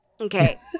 Okay